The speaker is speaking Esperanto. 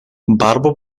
barbo